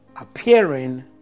appearing